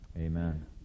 Amen